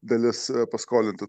dalis paskolintų